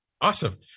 awesome